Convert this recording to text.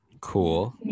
Cool